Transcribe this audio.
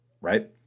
right